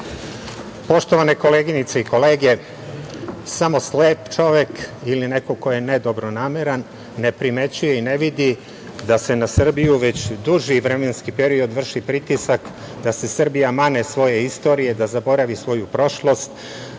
Poštovane koleginice i kolege, samo slep čovek ili neko ko je ne dobronameran ne primećuje i ne vidi da se na Srbiju već duži vremenski period vrši pritisak da se Srbija mane svoje istorije, da zaboravi svoju prošlost,